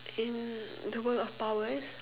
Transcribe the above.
in the world of powers